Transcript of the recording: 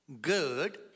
good